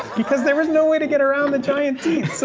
because there was no way to get around the giant teeth!